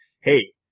hey